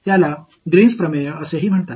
இது Green theorem என்றும் அழைக்கப்படுகிறது